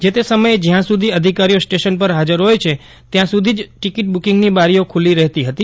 જે તે સમયે જ્યાં સુધી અધિકારીઓ સ્ટેશન પર ફાજર હોય છે ત્યાં સુધી જ ટિકિટ બુકિંગની બારીઓ ખુલ્લી રહેતી ફતી